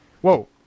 Whoa